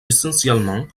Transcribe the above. essentiellement